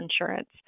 insurance